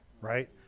right